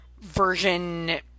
version